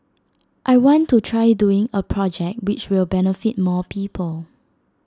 I want to try doing A project which will benefit more people